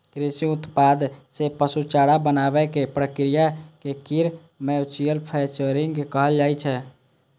कृषि उत्पाद सं पशु चारा बनाबै के प्रक्रिया कें फीड मैन्यूफैक्चरिंग कहल जाइ छै